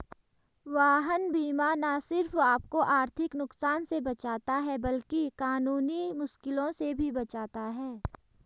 वाहन बीमा न सिर्फ आपको आर्थिक नुकसान से बचाता है, बल्कि कानूनी मुश्किलों से भी बचाता है